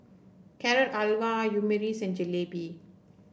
Carrot Halwa Omurice and Jalebi